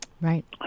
Right